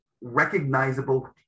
recognizable